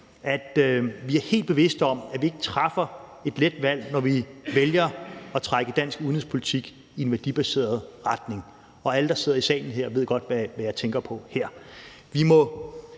vi er helt bevidste om, at vi ikke træffer et let valg, når vi vælger at trække dansk udenrigspolitik i en værdibaseret retning. Og alle, der sidder her i salen, ved, hvad jeg tænker på her.